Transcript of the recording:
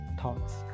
thoughts